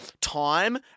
time